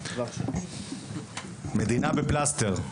מדינה בפלסתר.